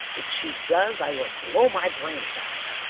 if she does i will blow my brains out.